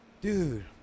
dude